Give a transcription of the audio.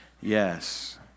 Yes